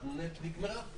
נגמרה.